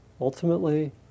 ultimately